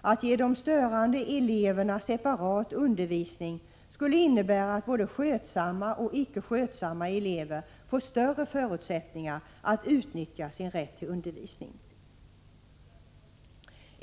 Att ge de störande eleverna separat undervisning skulle innebära att både skötsamma och icke skötsamma elver får större förutsättningar att utnyttja sin rätt till undervisning.